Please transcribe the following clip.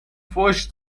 فحش